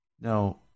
Now